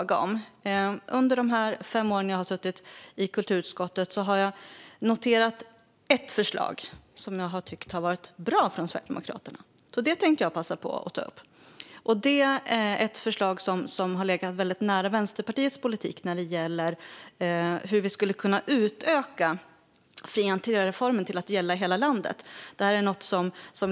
Under de fem år som jag har suttit i kulturutskottet har jag noterat ett förslag från Sverigedemokraterna som jag har tyckt varit bra, så det tänkte jag passa på att ta upp. Det är ett förslag som har legat väldigt nära Vänsterpartiets politik när det gäller hur vi skulle kunna utöka fri entré-reformen till att gälla hela landet.